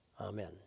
Amen